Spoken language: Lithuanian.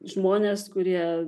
žmonės kurie